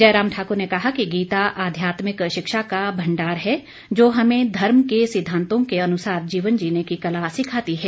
जयराम ठाकुर ने कहा कि गीता आध्यात्मिक शिक्षा का भंडार है जो हमें धर्म के सिद्धांतों के अनुसार जीवन जीने की कला सिखाती है